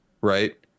right